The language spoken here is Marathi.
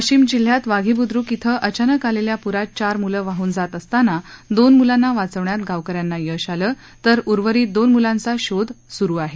वाशिम जिल्ह्यातील वाधी ब्द्रक येथे अचानक प्रात चार म्लं वाहन जात असताना दोन म्लांना वाचवण्यात गावकऱ्यांना यश आलं तर उर्वरित दोन मुलांचा शोध सुरु आहे